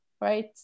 right